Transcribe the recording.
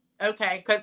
okay